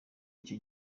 icyo